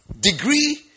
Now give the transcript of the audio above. Degree